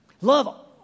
love